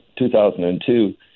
2002